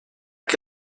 que